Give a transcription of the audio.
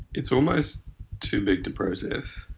it's almost too big to process.